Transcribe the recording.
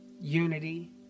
unity